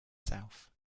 south